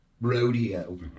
rodeo